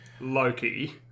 Loki